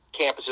campuses